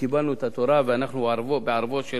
וקיבלנו את התורה, ואנחנו בערבו של